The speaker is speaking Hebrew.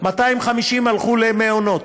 250 הלכו למעונות,